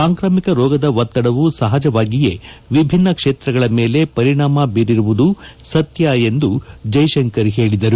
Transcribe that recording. ಸಾಂಕ್ರಾಮಿಕ ರೋಗದ ಒತ್ತಡವು ಸಹಜವಾಗಿಯೇ ವಿಭಿನ್ನ ಕ್ಷೇತ್ರಗಳ ಮೇಲೆ ಪರಿಣಾಮ ಬೀರಿರುವುದು ಸತ್ಯ ಎಂದು ಜೈಶಂಕರ್ ಹೇಳಿದರು